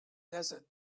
desert